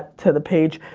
to the page.